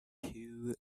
two